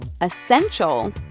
essential